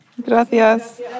gracias